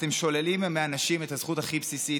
אתם שוללים מאנשים את הזכות הכי בסיסית.